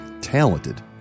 talented